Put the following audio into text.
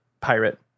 pirate